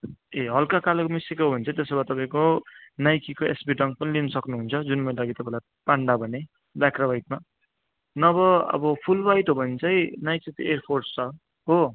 ए हल्का कालो मिसेको हो भने चाहिँ त्यसो भए तपाईँको नाइकीको एसपी डङ्क पनि लिनु सक्नु हुन्छ जुन मैले अघि तपाईँलाई पान्डा भनेँ ब्ल्याक र वाइटमा नभए अब फुल वाइट हो भने चाहिँ नाइकीको एयरफोर्स छ हो